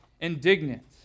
indignant